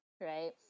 right